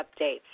updates